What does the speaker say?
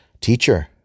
Teacher